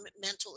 mental